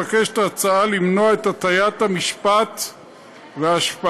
ההצעה נועדה למנוע את הטיית המשפט וההשפעה